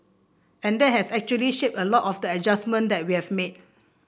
and that has actually shaped a lot of the adjustment that we have made